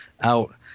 out